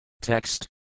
TEXT